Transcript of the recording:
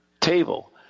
table